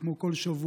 כמו כל שבוע,